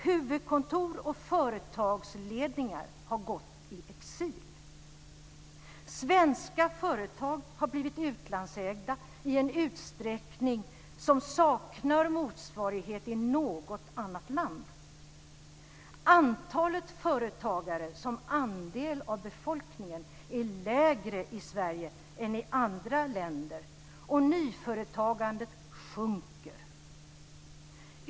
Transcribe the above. Huvudkontor och företagsledningar har gått i exil. Svenska företag har blivit utlandsägda i en utsträckning som saknar motsvarighet i något annat land. Antalet företagare som andel av befolkningen är lägre i Sverige än i andra länder. Nyföretagandet sjunker.